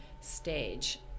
stage